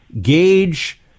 gauge